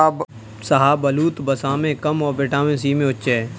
शाहबलूत, वसा में कम और विटामिन सी में उच्च है